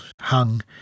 hung